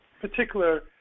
particular